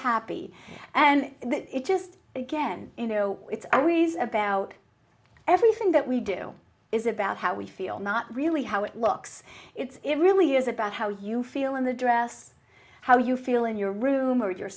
happy and it just again you know it's always about everything that we do is about how we feel not really how it looks it's it really is about how you feel in the dress how you feel in your room or your